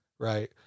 Right